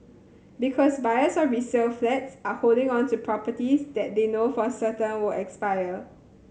because buyers of resale flats are holding on to properties that they know for certain will expire